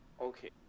Okay